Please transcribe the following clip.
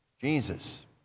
Jesus